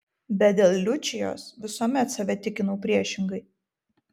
bet dėl liučijos visuomet save tikinau priešingai